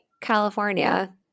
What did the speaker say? California